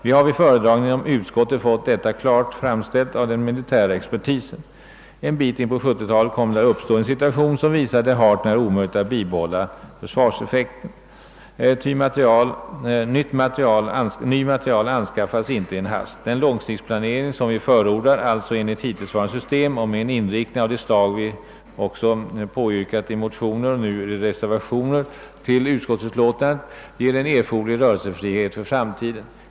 Vi har vid föredragningar inöm utskottet fått detta klart framställt av den militära expertisen. En bit in på 1970-talet kommer det att uppstå en situation som visar att det är hart när omöjligt att bibehålla försvarseffekten. Ny materiel anskaffas inte i en hast. Den långsiktsplanering som vi förordar — och som finns i det hittillsvarande systemet — och med en inriktning av det slag som vi yrkat i motioner och reservationer ger erforderlig rörelsefrihet för framtiden.